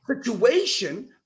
situation